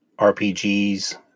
RPGs